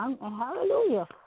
Hallelujah